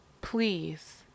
Please